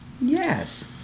yes